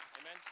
Amen